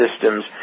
systems